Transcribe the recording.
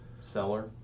seller